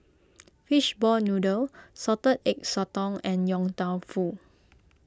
Fishball Noodle Salted Egg Sotong and Yong Tau Foo